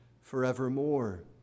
forevermore